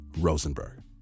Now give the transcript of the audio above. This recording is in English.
Rosenberg